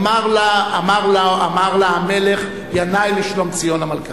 אמר לה המלך ינאי לשלומציון המלכה.